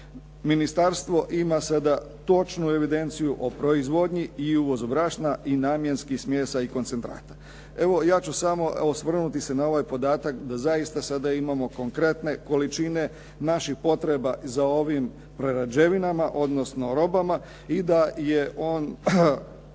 ministarstvo ima sada točnu evidenciju o proizvodnji i uvozu brašna i namjenskih smjesa i koncentrata. Evo ja ću samo osvrnuti se na ovaj podatak da zaista sada imamo konkretne količine naših potreba za ovim prerađevinama, odnosno robama i da je on